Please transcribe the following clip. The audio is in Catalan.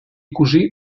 cosí